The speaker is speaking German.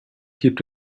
gibt